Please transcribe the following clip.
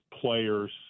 players